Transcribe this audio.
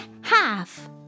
half